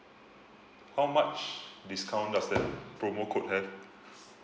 how much discount does that promo code have